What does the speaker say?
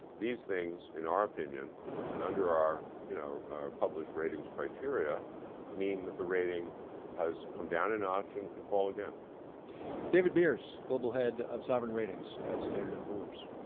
these things in our opinion and under our you know published ratings criteria mean that the rating has come down a notch and could fall again david beers, global head of sovereign ratings at standard and poor's.